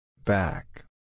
Back